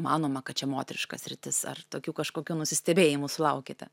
manoma kad čia moteriška sritis ar tokių kažkokių nusistebėjimų sulaukiate